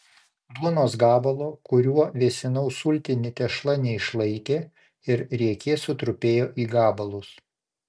duonos gabalo kuriuo vėsinau sultinį tešla neišlaikė ir riekė sutrupėjo į gabalus